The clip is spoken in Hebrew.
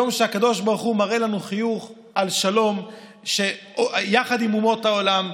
יום שבו הקדוש ברוך הוא מראה לנו חיוך על שלום יחד עם אומות העולם.